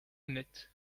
honnête